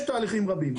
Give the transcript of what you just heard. יש תהליכים רבים.